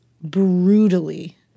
brutally